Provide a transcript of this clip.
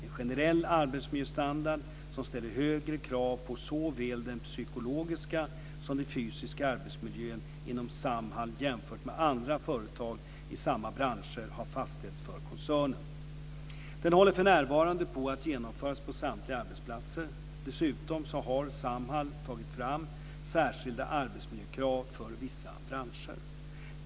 En generell arbetsmiljöstandard som ställer högre krav på såväl den psykologiska som den fysiska arbetsmiljön inom Samhall jämfört med andra företag i samma branscher har fastställts för koncernen. Den håller för närvarande på att genomföras på samtliga arbetsplatser. Dessutom har Samhall tagit fram särskilda arbetsmiljökrav för vissa branscher.